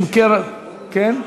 כן?